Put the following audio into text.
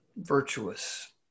virtuous